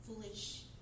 foolish